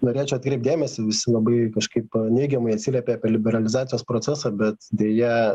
norėčiau atkreipt dėmesį visi labai kažkaip neigiamai atsiliepė apie liberalizacijos procesą bet deja